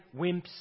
wimps